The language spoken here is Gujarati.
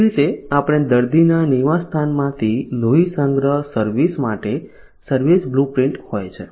એ જ રીતે આપણે દર્દીના નિવાસ માંથી લોહી સંગ્રહ સર્વિસ માટે સર્વિસ બ્લ્યુપ્રિન્ટ હોય છે